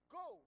go